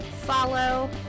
follow